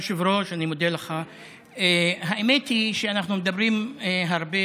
היא שאנחנו מדברים הרבה